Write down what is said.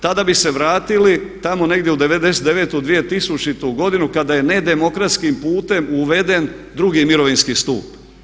Tada bi se vratili tamo negdje u 99.-u, 2000.-u godinu kada je ne demokratskim putem uveden drugi mirovinski stup.